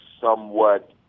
somewhat